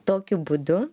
tokiu būdu